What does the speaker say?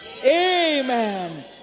Amen